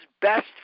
best